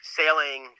sailing